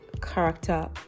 character